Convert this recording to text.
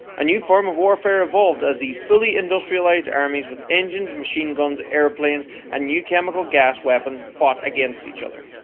a new form of warfare evolved as these fully industrialized armies with engines, machine guns, airplanes and new chemical gas weapons fought against each other.